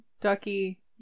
Ducky